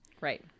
right